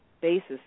basis